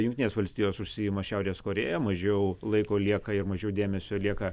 jungtinės valstijos užsiima šiaurės korėja mažiau laiko lieka ir mažiau dėmesio lieka